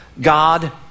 God